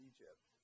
Egypt